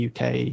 uk